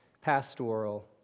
pastoral